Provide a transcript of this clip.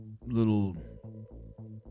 Little